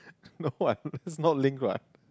no what it's not linked what